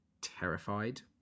terrified